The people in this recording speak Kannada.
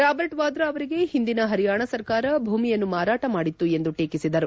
ರಾರ್ಬಟ್ ವಾದ್ರಾ ಅವರಿಗೆ ಹಿಂದಿನ ಪರಿಯಾಣ ಸರ್ಕಾರ ಭೂಮಿಯನ್ನು ಮಾರಾಟ ಮಾಡಿತ್ತು ಎಂದು ಟೀಕಿಸಿದರು